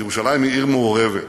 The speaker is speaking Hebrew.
ירושלים היא עיר מעורבת,